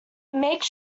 make